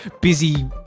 busy